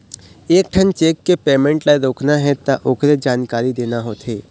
एकेठन चेक के पेमेंट ल रोकना हे त ओखरे जानकारी देना होथे